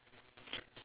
I don't have any sign